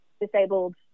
disabled